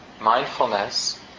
mindfulness